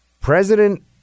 President